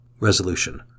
Resolution